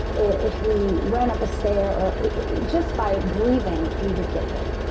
if we ran up a stair or just by breathing, we would get hit.